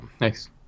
nice